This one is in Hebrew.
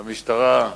למשטרה,